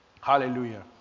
Hallelujah